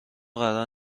قرار